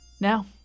Now